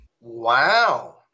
Wow